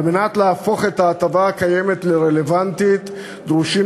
כדי להפוך את ההטבה הקיימת לרלוונטית דרושים